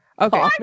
okay